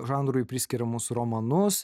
žanrui priskiriamus romanus